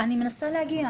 רגע.